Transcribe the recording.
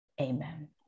Amen